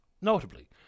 Notably